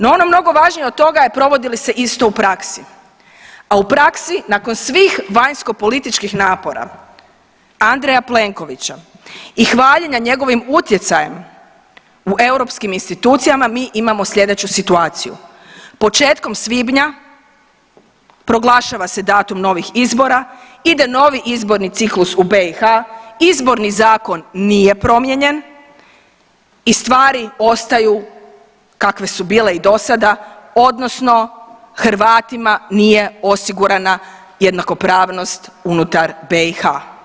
No ono mnogo važnije od toga provodi li se isto u praksi, a u praksi nakon svih vanjskopolitičkih napora Andreja Plenkovića i hvaljenja njegovim utjecajem u europskim institucijama mi imamo sljedeću situaciju, početkom svibnja proglašava se datum novih izbora, ide novi izborni ciklus u BiH, izborni zakon nije promijenjen i stvari ostaju kakve su bile i do sada odnosno Hrvatima nije osigurana jednakopravnost unutar BiH.